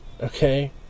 Okay